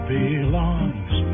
belongs